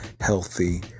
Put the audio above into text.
healthy